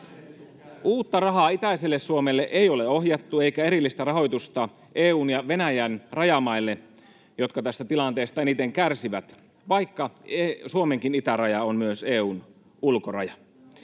Uutta rahaa itäiselle Suomelle ei ole ohjattu eikä erillistä rahoitusta EU:n ja Venäjän rajamaille, jotka tästä tilanteesta eniten kärsivät, vaikka Suomenkin itäraja on myös EU:n ulkoraja.